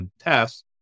tests